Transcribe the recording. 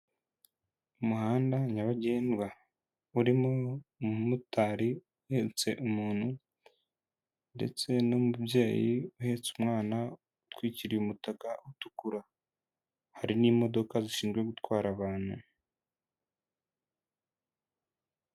Umuhanda nyabagendwa urimo umumotari uhetse umuntu ndetse n'umubyeyi uhetse umwana utwikiriye umutaka, utukura hari n'imodoka zishinzwe gutwara abantu.